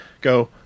go